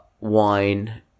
wine